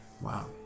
Wow